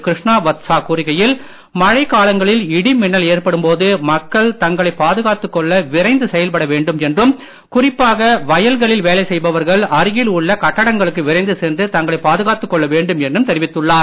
கிருஷ்ணா வத்சா கூறுகையில் மழைக் காலங்களில் இடி மின்னல் ஏற்படும் போது மக்கள் தங்களை பாதுகாத்துக் கொள்ள விரைந்து செயல்பட வேண்டும் என்றும் குறிப்பாக வயல்களில் வேலை செய்பவர்கள் அருகில் உள்ள கட்டிடங்களுக்கு விரைந்து சென்று தங்களை பாதுகாத்துக் கொள்ள வேண்டும் என்றும் தெரிவித்துள்ளார்